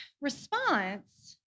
response